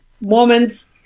moments